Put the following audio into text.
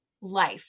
life